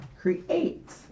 create